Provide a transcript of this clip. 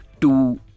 two